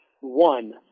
one